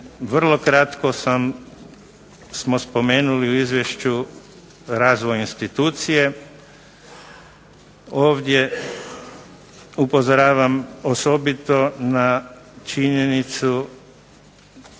vrlo kratko sam, smo spomenuli u izvješću razvoj institucije, ovdje upozoravam osobito na činjenicu